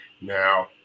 Now